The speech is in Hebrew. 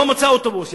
לא מצא אוטובוס,